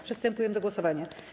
Przystępujemy do głosowania.